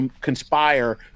conspire